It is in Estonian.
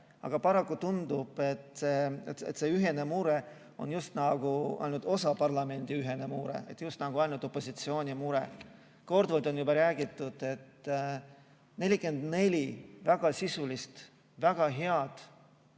Aga paraku tundub, et see ühine mure on just nagu ainult osa parlamendi ühine mure, just nagu ainult opositsiooni mure. Korduvalt on juba räägitud, et 44 väga sisulist, väga head